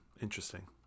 Interesting